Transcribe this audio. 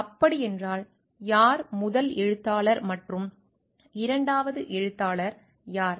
அப்படியென்றால் யார் முதல் எழுத்தாளர் மற்றும் இரண்டாவது எழுத்தாளர் யார்